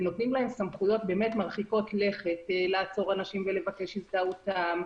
ונותנים להם סמכויות מרחיקות לכת; לעצור אנשים ולבקש הזדהותם,